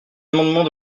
amendement